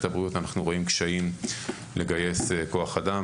הבריאות אנחנו רואים קשיים לגייס כוח אדם,